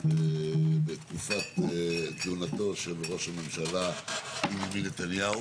בתקופת כהונתו של ראש הממשלה בנימין נתניהו.